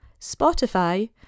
Spotify